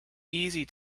easy